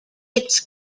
its